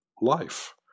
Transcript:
life